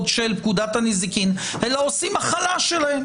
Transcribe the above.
של פקודת הנזיקין אלא עושים הכלה שלהם.